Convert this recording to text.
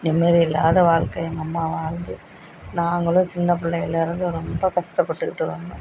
நிம்மதியில்லாத வாழ்க்கை எங்கள் அம்மா வாழ்ந்து நாங்களும் சின்ன பிள்ளையிலேருந்து ரொம்ப கஷ்டப்பட்டுக்கிட்டு இருந்தோம்